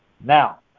Now